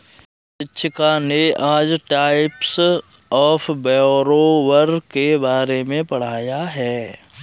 शिक्षिका ने आज टाइप्स ऑफ़ बोरोवर के बारे में पढ़ाया है